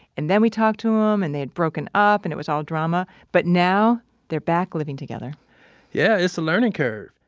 and then we talked to him, and they'd broken up, and it was all drama. but now they're back living together yeah, it's a learning curve.